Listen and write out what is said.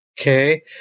Okay